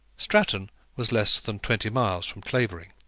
stratton was less than twenty miles from clavering.